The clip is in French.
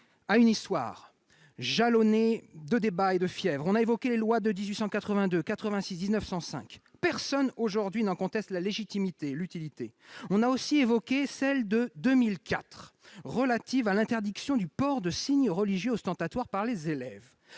a une histoire jalonnée de débats et de fièvres. On a évoqué les lois de 1882, de 1886 et de 1905 : personne aujourd'hui n'en conteste la légitimité ou l'utilité. On a aussi mentionné la loi de 2004, relative à l'interdiction du port de signes religieux ostentatoires par les élèves